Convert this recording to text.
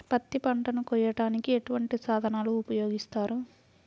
పత్తి పంటను కోయటానికి ఎటువంటి సాధనలు ఉపయోగిస్తారు?